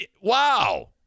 Wow